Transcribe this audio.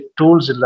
tools